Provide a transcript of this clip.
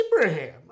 Abraham